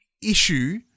issue